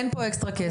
אין פה אקסטרה כסף.